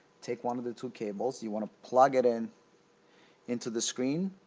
take one of the two cables you want to plug it in into the screen